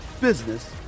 business